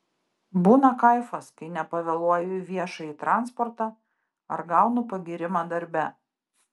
būna kaifas kai nepavėluoju į viešąjį transportą ar gaunu pagyrimą darbe